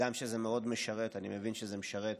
הגם שזה מאוד משרת, אני מבין שזה משרת